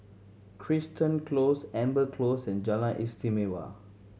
Crichton Close Amber Close and Jalan Istimewa